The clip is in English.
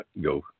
go